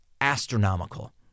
astronomical